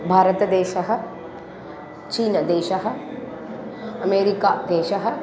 भारतदेशः चीनदेशः अमेरिकादेशः